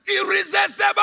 irresistible